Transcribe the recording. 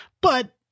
But-